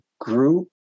group